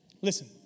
Listen